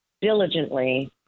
diligently